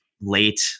late